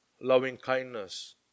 loving-kindness